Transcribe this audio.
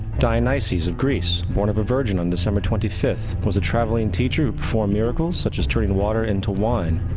dionysus of greece, born of a virgin on december twenty fifth, was a traveling teacher who performed miracles such as turning water into wine,